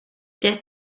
death